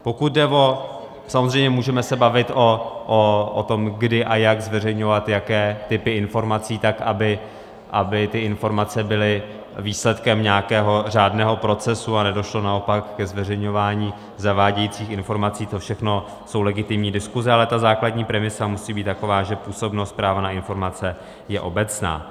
Pokud jde o... samozřejmě můžeme se bavit o tom, kdy a jak zveřejňovat jaké typy informací, tak aby ty informace byly výsledkem nějakého řádného procesu a nedošlo naopak ke zveřejňování zavádějících informací, to všechno jsou legitimní diskuze, ale ta základní premisa tam musí taková, že působnost práva na informace je obecná.